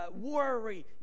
worry